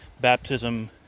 baptism